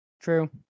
True